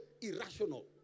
irrational